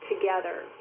together